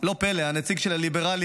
לא פלא, הנציג של הליברלים